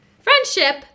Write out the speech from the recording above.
Friendship